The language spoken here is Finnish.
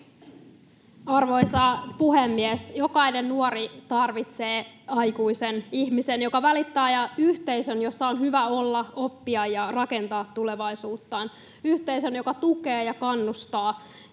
Arvoisa puhemies! Jokainen nuori tarvitsee aikuisen ihmisen, joka välittää, ja yhteisön, jossa on hyvä olla, oppia ja rakentaa tulevaisuuttaan, yhteisön, joka tukee ja kannustaa.